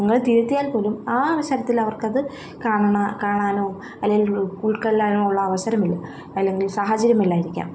നിങ്ങൾ തിരുത്തിയാൽ പോലും ആ അവസരത്തിൽ അവർക്കത് കാണ കാണാനോ അല്ലെങ്കിൽ ഉൾക്ക് ഉൾക്കൊള്ളാനോ ഉള്ള അവസരമില്ല അല്ലെങ്കിൽ സാഹചര്യം ഇല്ലായിരിക്കാം